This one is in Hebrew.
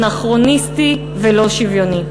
אנכרוניסטי ולא שוויוני.